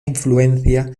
influencia